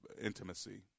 intimacy